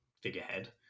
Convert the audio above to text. figurehead